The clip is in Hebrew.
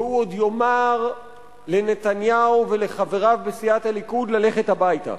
והוא עוד יאמר לנתניהו ולחבריו בסיעת הליכוד ללכת הביתה.